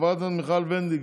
חברת הכנסת מיכל וולדיגר,